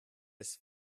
ist